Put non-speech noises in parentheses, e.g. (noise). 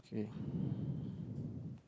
okay (breath)